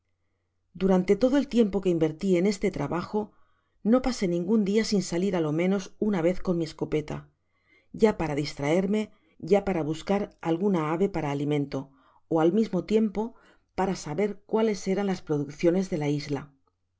durante todo el tiempo que inverti en este trabajo no pasé ningun dia sin salir á lo menos una vez con mi escopeta ya para distraerme ya para buscar alguna ave para alimento ó al mismo tiempo para saber cuáles eran las producciones de la isla la